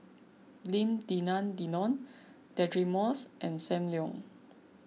Lim Denan Denon Deirdre Moss and Sam Leong